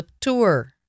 Tour